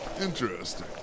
Interesting